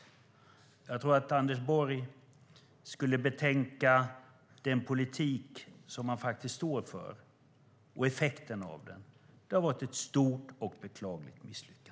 Jag tror att Anders Borg skulle betänka den politik som han faktiskt står för och effekten av den. Det har varit ett stort och beklagligt misslyckande.